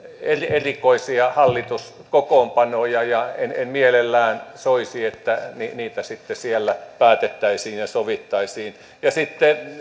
erikoisia hallituskokoonpanoja ja en en mielellään soisi että niitä sitten siellä päätettäisiin ja sovittaisiin ja sitten